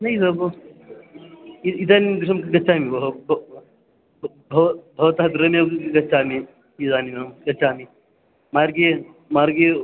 नैव भोः इ इदानीं गृहं गच्छामि भोः भोः भव् भवतः गृहमेव गच्छामि इदानीमहं गच्छामि मार्गे मार्गे